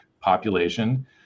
population